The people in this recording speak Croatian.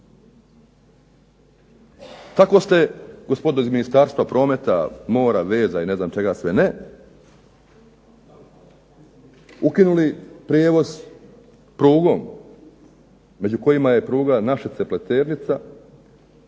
Tako ste, gospodo iz Ministarstva prometa, mora, veza i ne znam čega sve ne, ukinuli prijevoz prugom, među kojima je pruga Našice – Pleternica